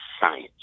science